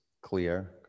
clear